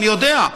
אני יודע,